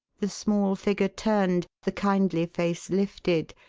the small figure turned, the kindly face lifted,